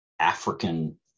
African